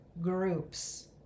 groups